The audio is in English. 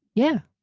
yeah.